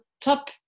top